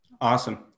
Awesome